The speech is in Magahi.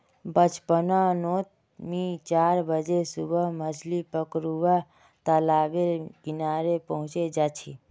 बचपन नोत मि चार बजे सुबह मछली पकरुवा तालाब बेर किनारे पहुचे जा छी